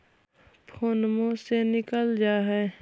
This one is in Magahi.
फोनवो से निकल जा है?